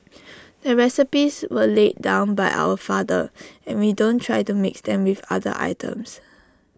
the recipes were laid down by our father and we don't try to mix them with other items